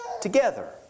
together